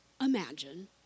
imagine